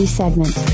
segment